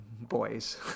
boys